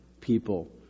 people